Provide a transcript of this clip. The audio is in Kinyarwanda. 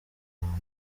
rwanda